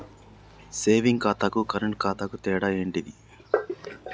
Saving ఖాతాకు current ఖాతాకు తేడా ఏంటిది?